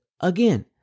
again